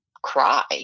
cry